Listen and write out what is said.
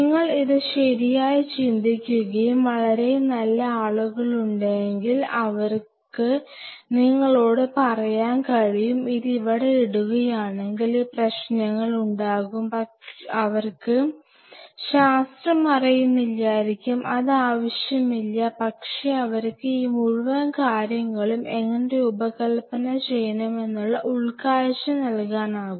നിങ്ങൾ ഇത് ശരിയായി ചിന്തിക്കുകയും വളരെ നല്ല ആളുകളുണ്ടെങ്കിൽ അവർക്ക് നിങ്ങളോട് പറയാൻ കഴിയും ഇത് ഇവിടെ ഇടുകയാണെങ്കിൽ ഈ പ്രശ്നങ്ങൾ ഉണ്ടാകും അവർക്ക് ശാസ്ത്രം അറിയുന്നില്ലായിരിക്കാം അത് ആവശ്യമില്ല പക്ഷേ അവർക്ക് ഈ മുഴുവൻ കാര്യങ്ങളും എങ്ങനെ രൂപകൽപന ചെയ്യണമെന്നുള്ള ഉൾകാഴ്ച നൽകാനാവും